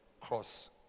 Cross